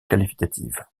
qualificatives